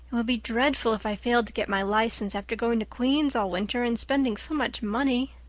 it would be dreadful if i failed to get my license after going to queen's all winter and spending so much money.